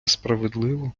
справедливо